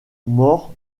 mort